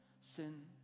sin